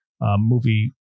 movie